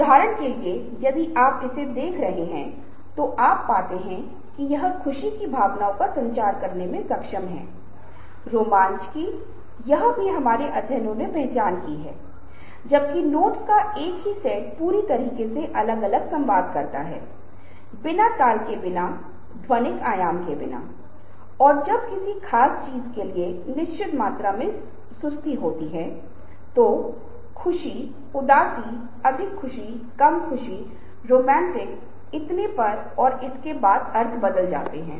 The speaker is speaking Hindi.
तो आप गूगल कर सकते हैं और आप पा सकते हैं कि आप वेब पर कई जगह पा सकते हैं जहाँ आपको बहुत सी टिप्स दी जाती हैं लेकिन मैं आपको समझाने की कोशिश कर रहा हूँ जो तथ्य यह है कि अगर आप इसे अपनी आदत बनाते हैं तो अपने बोलने के तरीके को बदलना बहुत आसान है और आप अपने द्वारा बनाई गई बुरी आदत की पहचान कर सकते हैं और आप लगातार बोलने के तरीके को बेहतर बनाने का प्रयास कर सकते हैं